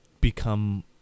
become